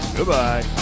Goodbye